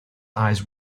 eyes